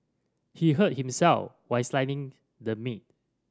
he hurt himself while slicing the meat